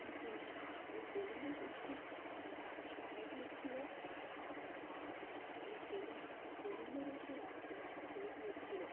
তিনি এই কলিঙ্গ যুদ্ধেই অনেক মানুষ মারা গিয়েছিলো অনেক মা এই কলিঙ্গ এই কলিঙ্গ দেশে রক্ত গঙ্গা রয়ে গিয়েছিলো